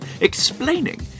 explaining